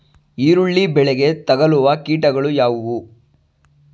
ಈರುಳ್ಳಿ ಬೆಳೆಗೆ ತಗಲುವ ಕೀಟಗಳು ಯಾವುವು?